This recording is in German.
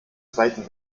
zweiten